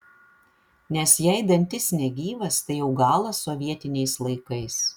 nes jei dantis negyvas tai jau galas sovietiniais laikais